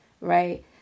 right